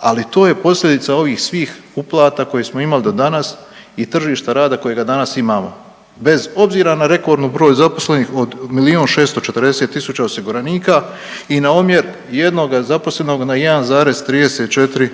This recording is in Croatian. ali to je posljedica ovih svih uplata koje smo imali do danas i tržišta rada kojega danas imamo, bez obzira na rekordni broj zaposlenih od 1 640 000 osiguranika i na omjer 1 zaposlenog, na 1,34